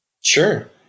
Sure